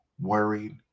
worried